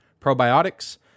probiotics